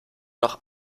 noch